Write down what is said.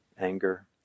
anger